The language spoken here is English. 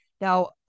Now